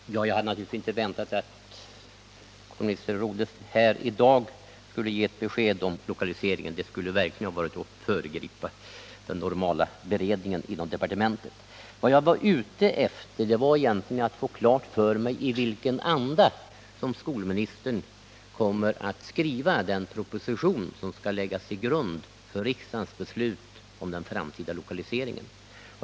Herr talman! Jag hade naturligtvis inte väntat att skolminister Rodhe här i 28 november 1978 dag skulle ge ett besked om lokaliseringen — det skulle verkligen ha varit att föregripa den normala beredningen inom departementet. Vad jag var ute efter var egentligen att få klart för mig i vilken anda skolministern kommer att skriva den proposition som skall läggas till grund för ifrågavarande beslut om den framtida lokaliseringen.